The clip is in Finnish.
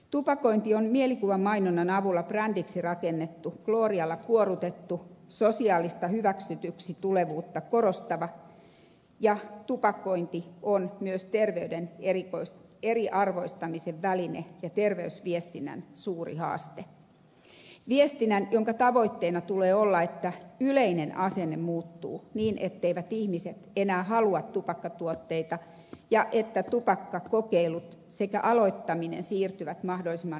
tupakointi on mielikuvamainonnan avulla brändiksi rakennettu gloorialla kuorrutettu sosiaalista hyväksytyksi tulemista korostava ja tupakointi on myös terveyden eriarvoistamisen väline ja terveysviestinnän suuri haaste viestinnän jonka tavoitteena tulee olla että yleinen asenne muuttuu niin etteivät ihmiset enää halua tupakkatuotteita ja että tupakkakokeilut sekä aloittaminen siirtyvät mahdollisimman myöhäiseksi